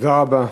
תודה רבה.